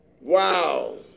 Wow